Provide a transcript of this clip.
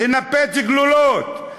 לנפץ גולגלות,